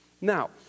Now